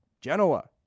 Genoa